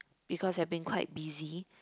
because I've been quite busy